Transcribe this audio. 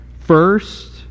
first